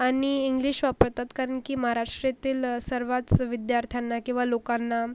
आणि इंग्लिश वापरतात कारण की माराष्ट्रातील सर्वच विद्यार्थ्यांना किंवा लोकांना